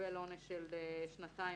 יקבל עונש מאסר שנתיים,